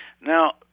Now